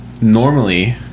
normally